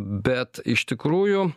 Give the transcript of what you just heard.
bet iš tikrųjų